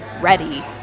ready